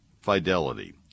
Fidelity